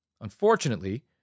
Unfortunately